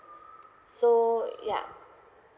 so yeah